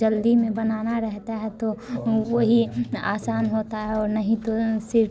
जल्दी में बनाना रहता है तो वही आसान होता है नहीं तो सिर्फ़